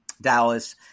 dallas